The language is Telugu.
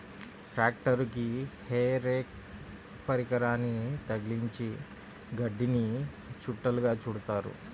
ట్రాక్టరుకి హే రేక్ పరికరాన్ని తగిలించి గడ్డిని చుట్టలుగా చుడుతారు